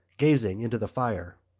gazing into the fire.